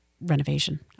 renovation